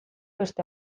beste